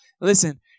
listen